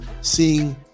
seeing